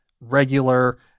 regular